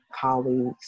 colleagues